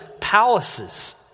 palaces